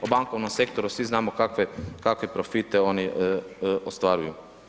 O bankovnom sektoru svi znamo kakve profite oni ostvaruju.